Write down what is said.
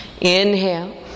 Inhale